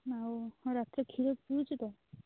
ଆଉ ରାତିରେ କ୍ଷୀର ପିଉଛୁ ତ